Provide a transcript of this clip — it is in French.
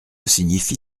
signifie